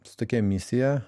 su tokia misija